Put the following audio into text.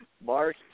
Mark